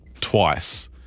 twice